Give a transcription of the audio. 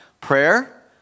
Prayer